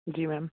जी ma'am